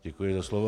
Děkuji za slovo.